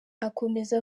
akomeza